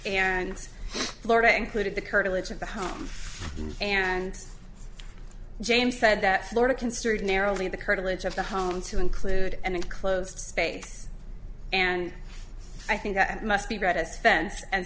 and florida included the curtilage of the home and james said that florida construed narrowly the curtilage of the home to include an enclosed space and i think that must be read as spencer and